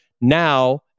Now